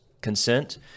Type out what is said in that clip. consent